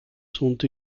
sont